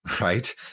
right